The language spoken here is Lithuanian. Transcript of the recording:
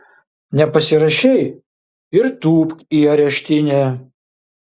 nepasirašei ir tūpk į areštinę